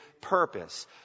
purpose